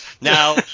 Now